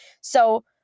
So-